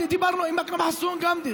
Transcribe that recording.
דיברנו עם אכרם חסון גם כן,